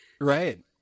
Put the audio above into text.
Right